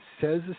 says